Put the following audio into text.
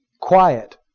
quiet